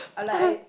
I like I